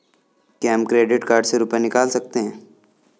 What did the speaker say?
क्या हम credit card से रुपये निकाल सकते हैं?